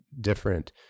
different